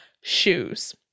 shoes